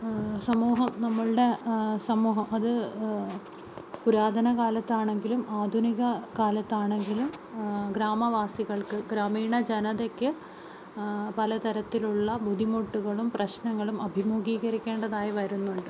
സമൂഹം നമ്മുടെ സമൂഹം അത് പുരാതന കാലത്താണെങ്കിലും ആധുനിക കാലത്താണെങ്കിലും ഗ്രാമവാസികൾക്ക് ഗ്രാമീണ ജനതയ്ക്ക് പലതരത്തിലുള്ള ബുദ്ധിമുട്ടുകളും പ്രശ്നങ്ങളും അഭിമുഖീകരിക്കേണ്ടതായി വരുന്നുണ്ട്